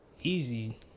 Easy